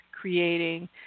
creating